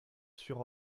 sur